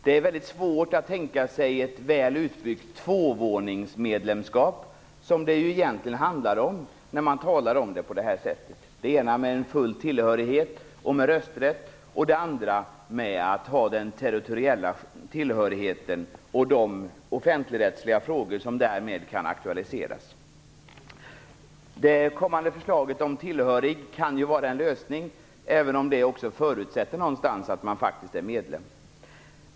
Det är väldigt svårt att tänka sig ett väl utbyggt tvåvåningsmedlemskap, som det egentligen handlar om när man talar om det på det här sättet. Det ena medlemskapet är med full tillhörighet och med rösträtt, och det andra är med territoriell tillhörighet och de offentligrättsliga frågor som därmed kan aktualiseras. Det kommande förslaget om tillhörighet kan vara en lösning, även om det också förutsätter att man är medlem.